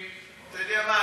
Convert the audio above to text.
אתה יודע מה,